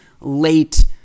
late